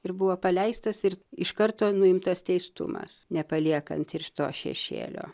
ir buvo paleistas ir iš karto nuimtas teistumas nepaliekant tiršto šešėlio